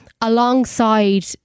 alongside